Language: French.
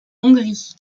hongrie